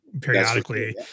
periodically